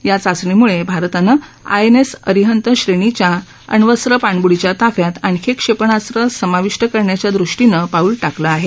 या चाचणीमुळे भारतानं आएनएस अरिहंत श्रेणीच्या अण्वस्त्र पाणब्डीच्या ताफ्यात आणखी एक क्षेपणास्त्र समाविष्ट करण्याच्या दृष्टीनं पाऊल टाकलं आहे